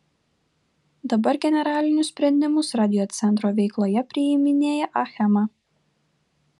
dabar generalinius sprendimus radiocentro veikloje priiminėja achema